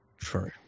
True